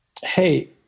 Hey